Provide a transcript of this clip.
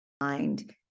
mind